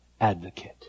advocate